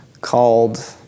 called